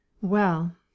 Well